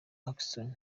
atkinson